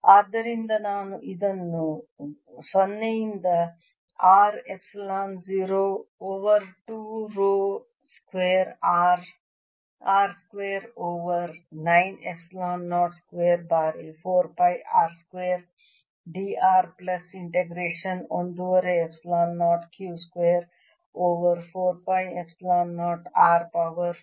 ಆದ್ದರಿಂದ ನಾನು ಇದನ್ನು 0 ರಿಂದ R epsilon 0 over 2 rho square r square over 9 epsilon 0 square ಬಾರಿ 4 pi r square dr plus integration ಒಂದೂವರೆ epsilon 0 Q square over 4 pi epsilon 0 r power 4